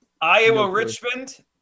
Iowa-Richmond